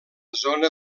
zona